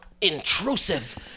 intrusive